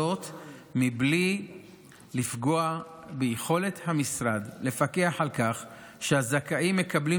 בלי לפגוע ביכולת המשרד לפקח על כך שהזכאים מקבלים